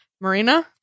Marina